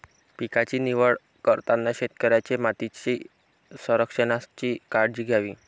पिकांची निवड करताना शेतकऱ्याने मातीच्या संरक्षणाची काळजी घ्यावी